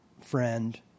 friend